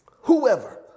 whoever